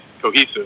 cohesive